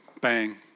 bang